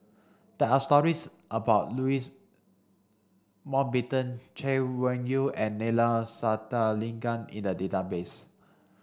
there are stories about Louis Mountbatten Chay Weng Yew and Neila Sathyalingam in the database